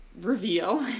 reveal